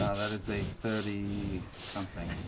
ah that's a thirty something.